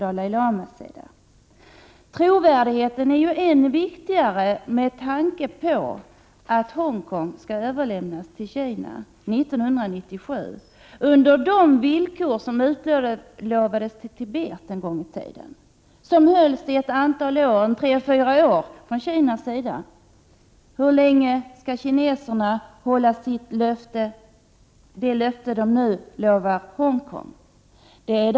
1988/89:82 Kinas trovärdighet är ännu viktigare med tanke på att Hongkong skall 16 mars 1989 överlämnas till Kina år 1997 — på de villkor som Tibet utlovades en gång i ÖB sockerniodukdio: tiden. Det löftet hölls tre fyra år från Kinas sida. Hur länge skall kineserna 3 é aa å KS BR AR nen på Oland och Gothålla sitt löfte till Hongkong?